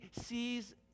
sees